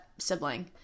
sibling